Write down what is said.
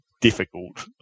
difficult